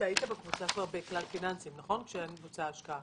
היית כבר בכלל פיננסים שבוצעה ההשקעה, נכון?